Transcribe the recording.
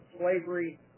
slavery